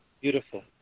Beautiful